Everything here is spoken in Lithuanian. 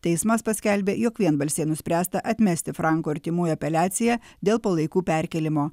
teismas paskelbė jog vienbalsiai nuspręsta atmesti franko artimųjų apeliaciją dėl palaikų perkėlimo